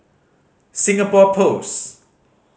Singapore Post